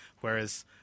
Whereas